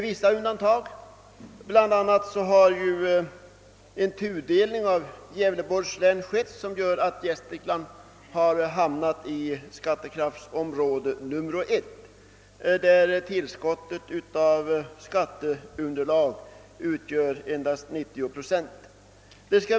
Vissa undantag finns dock; bl.a. har Gävleborgs län tudelats så att Gästrikland hamnat i skattekraftsområde 1, där tillskottet i skatteunderlag utgör endast 90 procent.